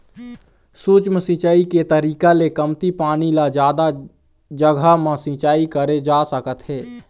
सूक्ष्म सिंचई के तरीका ले कमती पानी ल जादा जघा म सिंचई करे जा सकत हे